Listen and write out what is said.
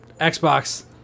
Xbox